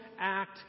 act